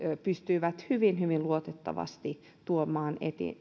pystyivät hyvin hyvin luotettavasti tuomaan